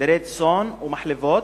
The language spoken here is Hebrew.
דירי צאן ומחלבות,